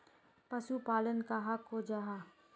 पशुपालन कहाक को जाहा?